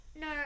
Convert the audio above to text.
No